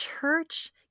church